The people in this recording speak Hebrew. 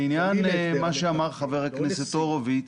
כמו שאמר אמר חבר הכנסת הורוביץ,